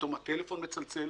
פתאום הטלפון מצלצל.